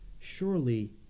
surely